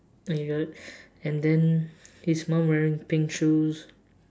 my god and then his mum wearing pink shoes